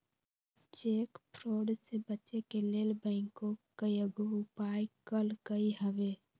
cheque fraud से बचे के लेल बैंकों कयगो उपाय कलकइ हबे